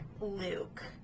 Luke